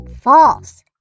False